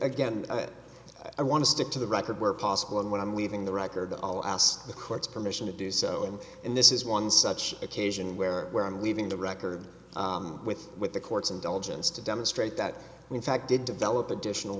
again i want to stick to the record where possible and when i'm leaving the record all i asked the court's permission to do so in in this is one such occasion where where i'm leaving the record with with the court's indulgence to demonstrate that we in fact did develop additional